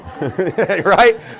Right